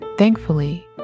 Thankfully